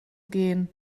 gehen